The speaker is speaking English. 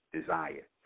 desire